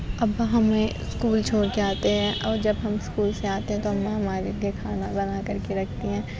ابا ہمیں اسکول چھوڑ کے آتے ہیں اور جب ہم اسکول سے آتے ہیں تو اماں ہمارے لیے کھانا بنا کر کے رکھتی ہیں